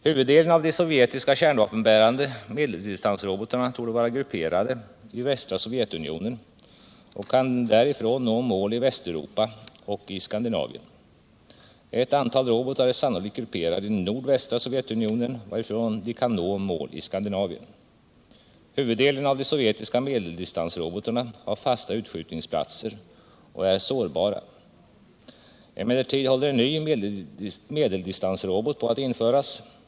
Huvuddelen av de sovjetiska kärnvapenbärande medeldistansrobotarna torde vara grupperade i västra Sovjetunionen och kan därifrån nå mål i Västeuropa och i Skandinavien. Ett antal robotar är sannolikt grupperade i nordvästra Sovjetunionen, varifrån de kan nå mål i Skandinavien. Huvuddelen av de sovjetiska medeldistansrobotarna har fasta utskjutningsplatser och är sårbara. Emellertid håller en ny medeldistansrobot på att införas.